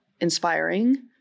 inspiring